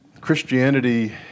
Christianity